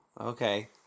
okay